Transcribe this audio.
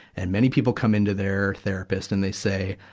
and many people come into their therapist and they say,